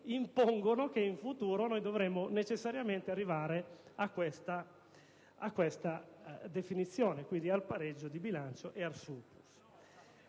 impongono che, in futuro, noi dovremo necessariamente arrivare a questa condizione, cioè al pareggio di bilancio e al *surplus*.